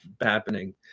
happening